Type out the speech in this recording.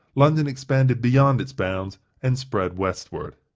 london expanded beyond its bounds and spread westward.